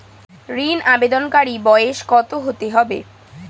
ঋন আবেদনকারী বয়স কত হতে হবে?